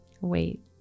Wait